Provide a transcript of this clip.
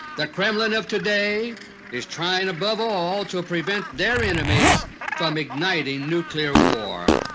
the kremlin of today is trying above all to prevent their enemies from igniting nuclear war.